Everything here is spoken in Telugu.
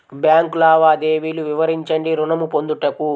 బ్యాంకు లావాదేవీలు వివరించండి ఋణము పొందుటకు?